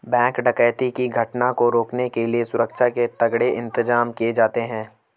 bank डकैती की घटना को रोकने के लिए सुरक्षा के तगड़े इंतजाम किए जाते हैं